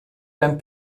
dein